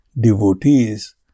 Devotees